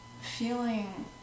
feeling